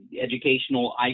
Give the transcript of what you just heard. educational